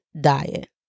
diet